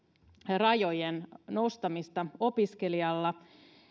rajojen nostamista opiskelijalla